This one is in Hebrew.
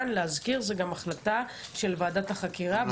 אני מזכירה שזאת גם החלטה של ועדת החקירה.